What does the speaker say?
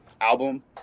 album